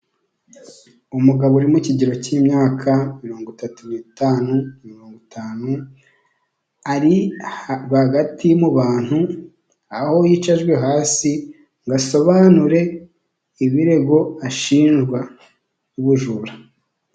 Umugabo uri mu kigero cy'imyaka mirongo itatu n'itanu, mirongo itanu, ari hagati mu bantu aho yicajwe hasi ngo asobanure ibirego ashinjwa by'ubujura.